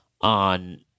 on